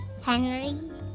Henry